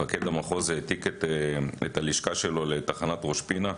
מפקד המחוז העתיק את הלשכה שלו לתחנת ראש פינה.